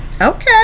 Okay